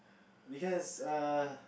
because err